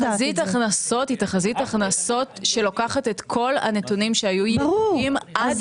תחזית ההכנסות לוקחת את כל הנתונים שהיו ידועים עד